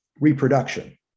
reproduction